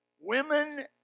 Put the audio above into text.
Women